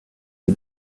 des